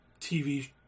TV